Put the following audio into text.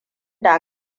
da